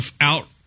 out